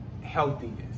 healthiness